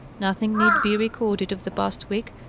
nothing need be recorded of the past week,